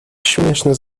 śmieszny